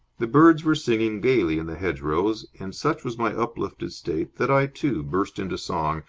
the birds were singing gaily in the hedgerows, and such was my uplifted state that i, too, burst into song,